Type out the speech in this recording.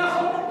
נכון.